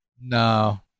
No